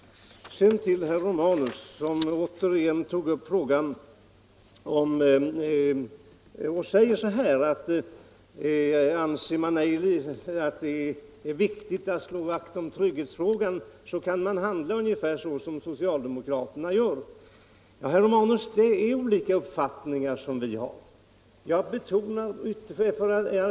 Sedan till herr Romanus: Han säger att om man anser det mindre viktigt att slå vakt om tryggheten, kan man handla ungefär så som socialdemokraterna gör. Ja, herr Romanus, vi har olika uppfattningar.